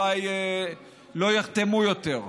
אולי לא יחתמו יותר.